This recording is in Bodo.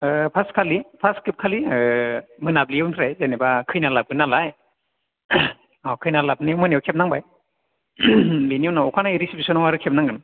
पार्स्ट खालि पार्स्ट खेबखालि मोनाब्लिनिफ्राइ जेनेबा खैना लाबोगोन नालाय अह खैना लाबोनाय मोनायाव खेबनांबाय बिनि उनाव अखानायै आरो रिसिबशनाव आरो खेबनांगोन